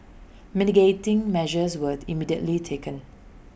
mitigating measures were immediately taken